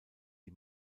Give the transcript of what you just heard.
die